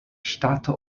ŝtata